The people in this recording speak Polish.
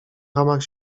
ramach